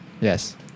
Yes